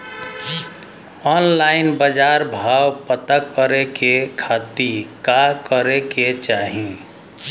Online बाजार भाव पता करे के खाती का करे के चाही?